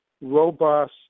robust